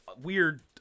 Weird